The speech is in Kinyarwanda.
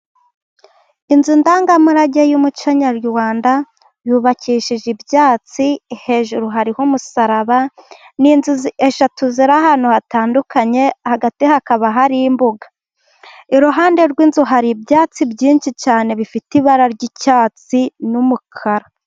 Inzu ndangamurage y'umuco nyarwanda yubakishije ibyatsi, hejuru hariho umusaraba. Ni inzu eshatu ziri ahantu hatandukanye, hagati hakaba hari imbuga, iruhande rw'inzu hari ibyatsi byinshi cyane bifite ibara ry'icyatsi n'umukara.